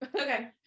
okay